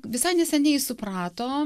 visai neseniai suprato